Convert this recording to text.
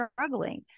struggling